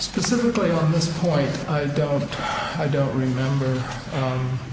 specifically on this point i don't i don't remember